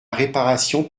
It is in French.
réparation